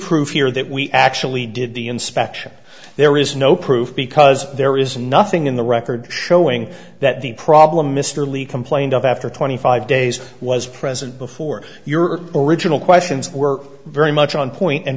proof here that we actually did the inspection there is no proof because there is nothing in the record showing that the problem mr lee complained of after twenty five days was present before your original questions were very much on point and